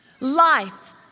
life